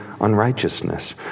unrighteousness